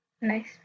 Nice